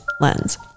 Lens